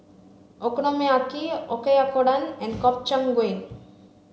Okonomiyaki Oyakodon and Gobchang gui